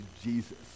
Jesus